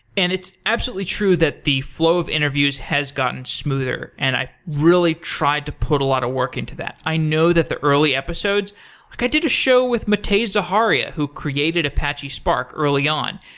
and it's absolutely true that the flow of interviews has gotten smoother, and i really tried to put a lot of work into that. i know that the early episodes i did a show with matei zaharia who created apache spark early on,